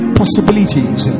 possibilities